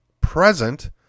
present